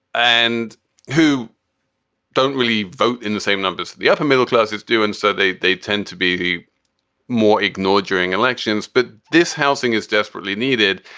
and who don't really vote in the same numbers for the upper middle classes do. and so they they tend to be more ignored during elections. but this housing is desperately needed.